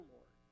Lord